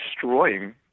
destroying